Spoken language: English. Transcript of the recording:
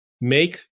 make